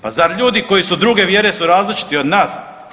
Pa zar ljudi koji su druge vjere su različiti od nas?